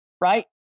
right